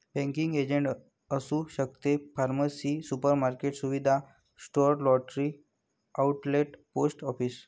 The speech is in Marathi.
बँकिंग एजंट असू शकते फार्मसी सुपरमार्केट सुविधा store lottery outlet post office